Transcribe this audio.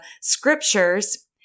scriptures